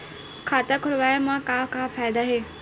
खाता खोलवाए मा का फायदा हे